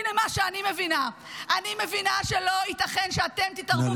הינה מה שאני מבינה: אני מבינה שלא ייתכן שאתם תתערבו